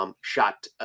shot